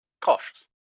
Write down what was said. cautious